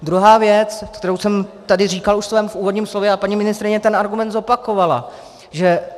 Druhá věc, kterou jsem tady říkal už ve svém úvodním slově, a paní ministryně ten argument zopakovala, že